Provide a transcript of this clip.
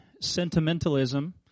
sentimentalism